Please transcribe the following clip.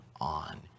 on